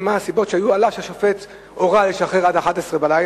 מה הסיבות שהשופט הורה לשחרר עד 23:00,